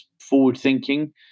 forward-thinking